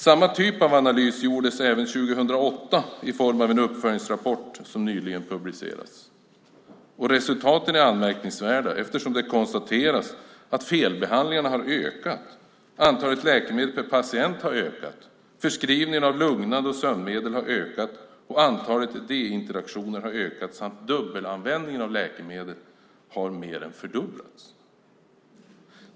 Samma typ av analys gjordes även 2008 i form av en uppföljningsrapport som nyligen publicerats. Resultaten är anmärkningsvärda. Det konstateras att felbehandlingarna har ökat. Antalet läkemedel per patient har ökat. Förskrivningen av lugnande medel och sömnmedel har ökat, antalet D-interaktioner har ökat och dubbelanvändningen av läkemedel har mer än fördubblats.